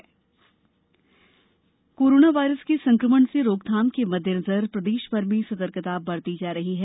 corona कार्यवाही corona virus के संक्रमण से रोकथाम के मद्देनजर प्रदेशभर में सतर्कता बरती जा रही है